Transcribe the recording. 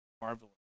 marvelous